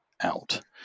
out